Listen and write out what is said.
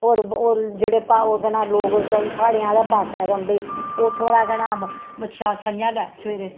और और जेह्ड़े प्हाड़ ओह् केह् नां लोक तुआईं प्हाड़ें आह्लें पास्सै रौंह्दे उत्थै तां केह् नां स'ञां ते सबेरे